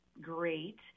great